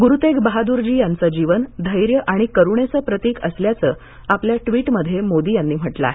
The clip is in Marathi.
गुरु तेग बहादुर जी यांचं जीवन धैर्य आणि करुणेचं प्रतीक असल्याचं आपल्या ट्वीटमध्ये मोदी यांनी म्हटलं आहे